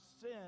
sin